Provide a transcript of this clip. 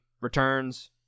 Returns